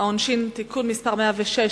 העונשין (תיקון מס' 106)